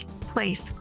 place